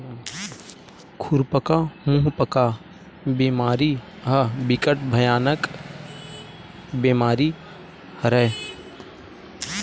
खुरपका मुंहपका बेमारी ह बिकट भयानक बेमारी हरय